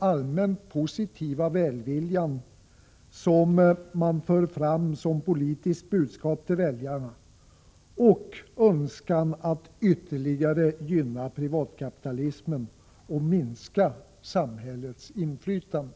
allmänt positiva välviljan, som man för fram som politiskt budskap till väljarna, och önskan att ytterligare gynna privatkapitalismen och minska samhällets inflytande.